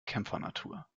kämpfernatur